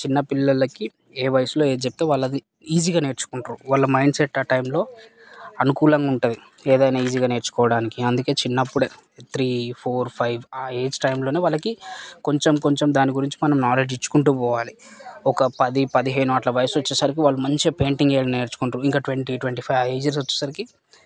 చిన్నపిల్లలకి ఏ వయసులో ఏది చెప్తే వాళ్ళది ఈజీగా నేర్చుకుంట్రు వాళ్ళ మైండ్ సెట్ ఆ టైంలో అనుకూలంగా ఉంటుంది ఏదన్నా ఈజీగా నేర్చుకోడానికి అందుకే చిన్నప్పుడే త్రీ ఫోర్ ఫైవ్ ఆ ఏజ్ టైంలోనే వాళ్ళకి కొంచం కొంచం దాని గురించి మనం నాలెడ్జ్ ఇచ్చుకుంటు పోవాలి ఒక పది పదిహేను అట్లా వయసు వచ్చేసరికి వాళ్ళు మంచిగా పెయింటింగ్ వేయడం నేర్చుకుంటారు ఇంకా ట్వంటీ ట్వంటీ ఫైవ్ ఆ ఏజెస్ వచ్చేసరికి